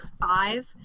five